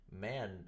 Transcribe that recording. Man